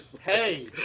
Hey